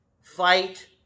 fight